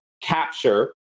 capture